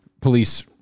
police